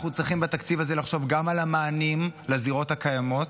אנחנו צריכים בתקציב הזה לחשוב גם על המענים לזירות הקיימות,